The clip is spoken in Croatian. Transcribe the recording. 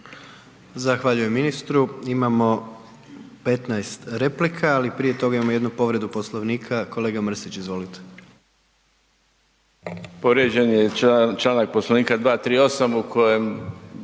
Zahvaljujem ministru, imamo 15 replika, ali prije toga imamo jednu povredu Poslovnika, kolega Mrsić, izvolite. **Mrsić, Mirando (Demokrati)** Povrijeđen